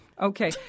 Okay